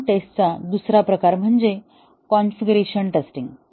system टेस्टचा दुसरा प्रकार म्हणजे कॉन्फिगरेशन टेस्टिंग